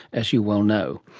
as you well know.